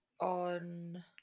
on